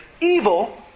evil